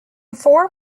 four